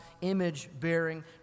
image-bearing